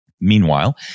Meanwhile